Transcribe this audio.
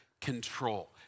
control